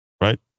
right